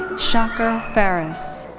chaker fares.